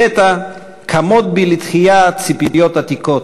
לפתע, קמות בי לתחייה ציפיות עתיקות,